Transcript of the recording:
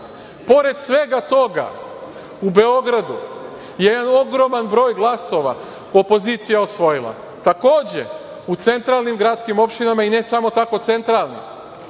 Pored svega toga, u Beogradu je jedan ogroman broj glasova opozicija osvojila. Takođe, u centralnim gradskim opštinama, i ne samo tako centralnim,